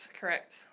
Correct